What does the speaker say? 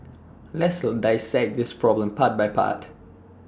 let's dissect this problem part by part